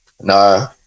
No